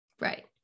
Right